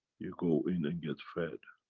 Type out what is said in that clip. you go in and get fed.